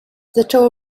zaczęło